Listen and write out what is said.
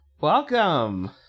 Welcome